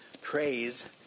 praise